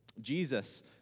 Jesus